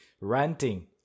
ranting